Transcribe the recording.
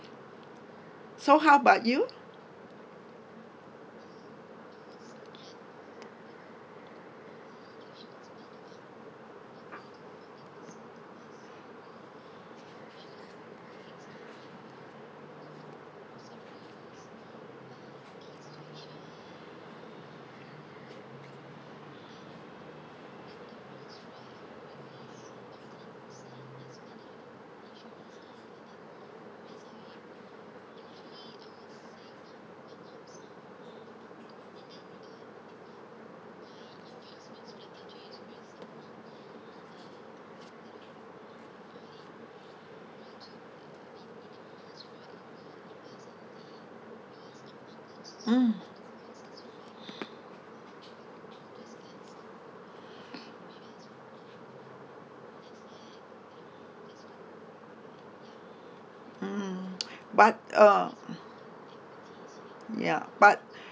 so how about you mm mm but uh ya but